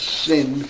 sin